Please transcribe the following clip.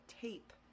tape